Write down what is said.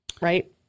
right